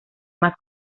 más